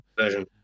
Version